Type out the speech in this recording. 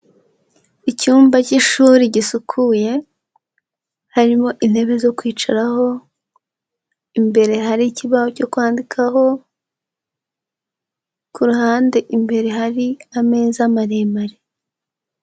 Icyumba cy'ishuri gisukuye, harimo intebe zo kwicaraho, imbere hari ikibaho cyo kwandikaho, ku ruhande imbere hari ameza maremare.